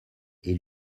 est